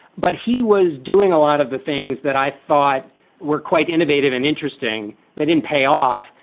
but he was doing a lot of the things that i thought were quite innovative and interesting. they didn't pay off,